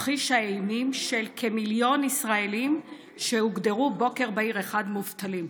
תרחיש האימים של כמיליון ישראלים שהוגדרו בוקר בהיר אחד מובטלים.